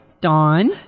Dawn